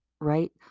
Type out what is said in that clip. right